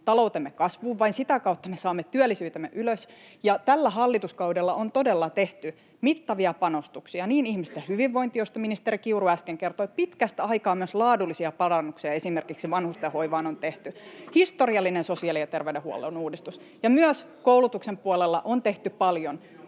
taloutemme kasvuun ja vain sitä kautta me saamme työllisyytemme ylös. Tällä hallituskaudella on todella tehty mittavia panostuksia ihmisten hyvinvointiin, joista ministeri Kiuru äsken kertoi, [Ben Zyskowicz: Hyvä, ne asiat onkin nyt kunnossa!] pitkästä aikaa myös laadullisia parannuksia esimerkiksi vanhusten hoivaan on tehty, ja historiallinen sosiaali- ja terveydenhuollon uudistus. Myös koulutuksen puolella on tehty paljon.